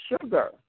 sugar